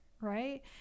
right